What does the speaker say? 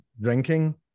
drinking